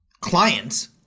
clients